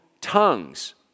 tongues